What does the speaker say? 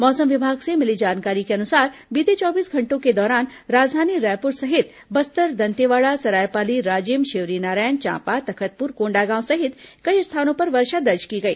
मौसम विभाग से मिली जानकारी के अनुसार बीते चौबीस घंटों के दौरान राजधानी रायपुर सहित बस्तर दंतेवाड़ा सरायपाली राजिम शिवरीनारायण चांपा तखतपुर कोंडागांव सहित कई स्थानों पर वर्षा दर्ज की गई